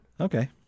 okay